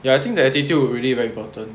ya I think the attitude really very important